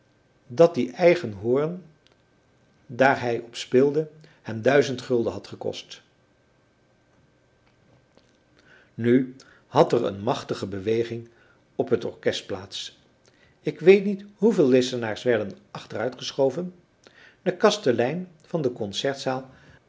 dat die eigen hoorn daar hij op speelde hem duizend gulden had gekost nu had er een machtige beweging op het orkest plaats ik weet niet hoeveel lessenaars werden achteruitgeschoven de kastelein van de concertzaal